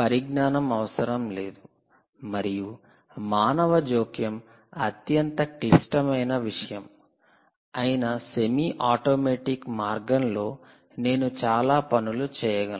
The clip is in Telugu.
పరిజ్ఞానం అవసరం లేదు మరియు మానవ జోక్యం అత్యంత క్లిష్టమైన విషయం అయిన సెమీ ఆటోమేటిక్ మార్గంలో నేను చాలా పనులు చేయగలను